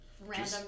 random